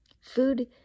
Food